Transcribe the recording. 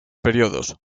periodos